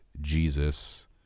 Jesus